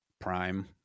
prime